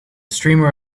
streamer